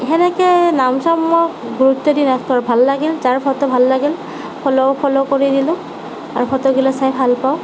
সেনেকৈ নাম চাম মই গুৰুত্ব দি নাথাকোঁ আৰু ভাল লাগিল যাৰ ফটো ভাল লাগিল ফ'ল' ফ'ল' কৰি দিলোঁ আৰু ফটোবিলাক চাই ভালপাওঁ